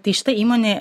tai šita įmonė